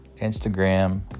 Instagram